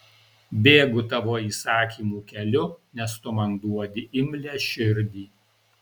bėgu tavo įsakymų keliu nes tu man duodi imlią širdį